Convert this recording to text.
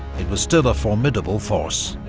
it was still a formidable force.